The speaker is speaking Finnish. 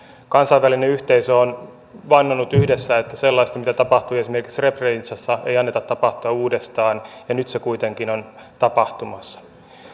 kansainvälinen yhteisö on vannonut yhdessä että sellaista mitä tapahtui esimerkiksi srebrenicassa ei anneta tapahtua uudestaan ja nyt se kuitenkin on tapahtumassa